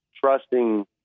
trusting